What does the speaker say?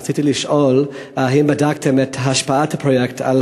רציתי לשאול אם בדקתם את השפעת הפרויקט על